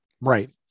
right